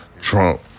Trump